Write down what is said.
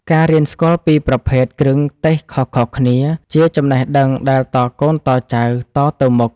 ការរៀនស្គាល់ពីប្រភេទគ្រឿងទេសខុសៗគ្នាជាចំណេះដឹងដែលតកូនតចៅតទៅមុខ។